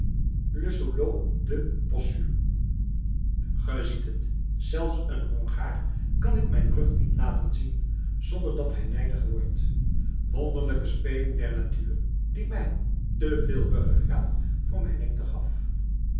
solo du possu ge ziet het zelfs een hongaar kan ik mijn rug niet laten zien zonder dat hij nijdig wordt wonderlijke speling der natuur die mij te veel ruggegraat voor mijn lengte gaf